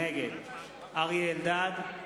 נגד אריה אלדד,